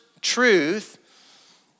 truth